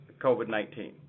COVID-19